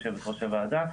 יו"ר הוועדה,